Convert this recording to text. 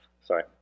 Sorry